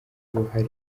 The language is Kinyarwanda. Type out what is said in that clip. uruhare